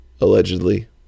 Allegedly